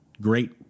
great